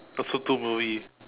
oh so two movies